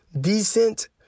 decent